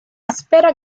espera